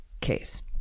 case